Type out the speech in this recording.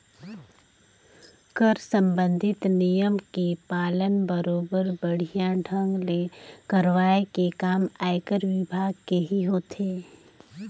कर संबंधित नियम के पालन बरोबर बड़िहा ढंग ले करवाये के काम आयकर विभाग केही होथे